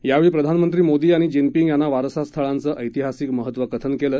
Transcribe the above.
त्यावेळी प्रधानमंत्री मोदी यांनी जिनपिंग यांना वारसास्थळांचं ऐतिहासिक महत्त्व कथन केलं